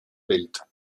welt